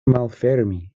malfermi